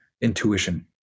intuition